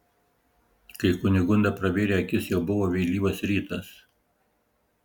kai kunigunda pravėrė akis jau buvo vėlyvas rytas